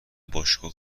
باشگاه